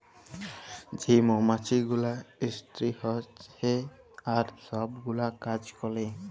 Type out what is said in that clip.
যে মমাছি গুলা ইস্তিরি হছে আর ছব গুলা কাজ ক্যরে